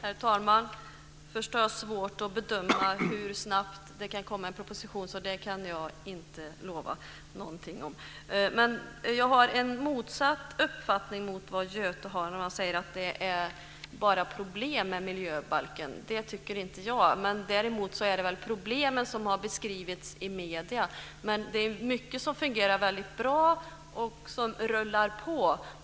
Herr talman! Först vill jag säga att jag har svårt att bedöma hur snabbt det kan komma en proposition. Det kan jag inte lova någonting om. Jag har en motsatt uppfattning jämfört med Göte när han säger att det bara är problem med miljöbalken. Det tycker inte jag. Däremot är det väl problemen som har beskrivits i medierna. Men det är mycket som har fungerat väldigt bra och som rullar på.